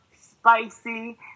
spicy